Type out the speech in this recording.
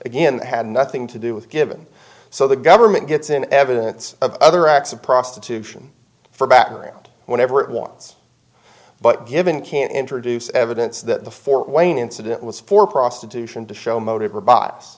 again had nothing to do with given so the government gets in evidence of other acts of prostitution for battery and whatever it wants but given can't introduce evidence that the fort wayne incident was for prostitution to show motive robots